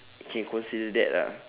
can consider that ah